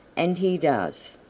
and he does.